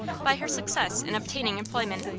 by her success in obtaining employment,